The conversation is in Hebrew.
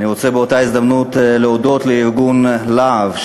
באותה הזדמנות אני רוצה להודות לארגון "להב",